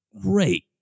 great